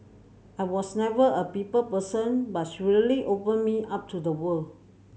I was never a people person but she really opened me up to the world